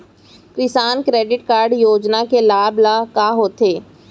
किसान credit card योजना के लाभ का का होथे?